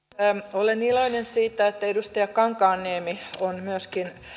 olen iloinen siitä että myöskin edustaja kankaanniemi on